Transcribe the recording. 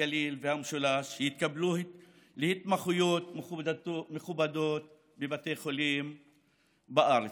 הגליל והמשולש יתקבלו להתמחויות מכובדות בבתי חולים בארץ.